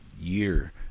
year